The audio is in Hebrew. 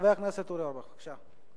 חבר הכנסת אורי אורבך, בבקשה.